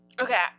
Okay